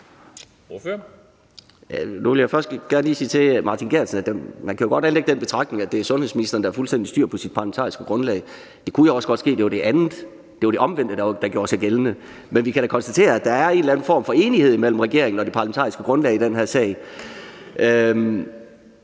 Nu vil jeg først gerne lige sige til Martin Geertsen, at man jo godt kan anlægge den betragtning, at det er sundhedsministeren, der har fuldstændig styr på sit parlamentariske grundlag. Men det kunne jo også godt ske, at det var det omvendte, der gjorde sig gældende. Men vi kan da konstatere, at der er en eller anden form for enighed mellem regeringen og det parlamentariske grundlag i den her sag. Det